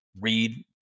read